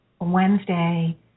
Wednesday